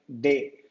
day